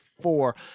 four